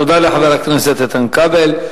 תודה לחבר הכנסת איתן כבל.